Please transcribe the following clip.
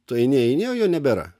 tu eini eini o jo nebėra